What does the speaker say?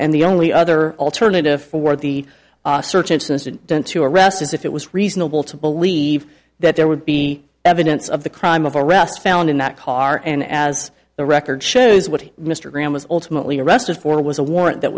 and the only other alternative for the search and since it didn't to arrest is if it was reasonable to believe that there would be evidence of the crime of arrest found in that car and as the record shows what mr graham was ultimately arrested for was a warrant that